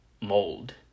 Mold